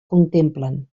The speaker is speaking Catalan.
contemplen